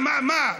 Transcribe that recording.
מה, מה?